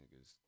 niggas